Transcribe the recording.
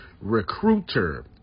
Recruiter